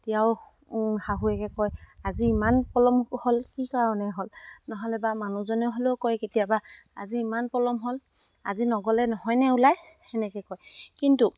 তেতিয়াও শাহুুৱেকে কয় আজি ইমান পলম হ'ল কি কাৰণে হ'ল নহ'লে বা মানুহজনে হ'লেও কয় কেতিয়াবা আজি ইমান পলম হ'ল আজি নগ'লে নহয়নে ওলাই সেনেকে কয় কিন্তু